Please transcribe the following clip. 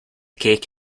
cake